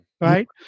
Right